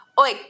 Oi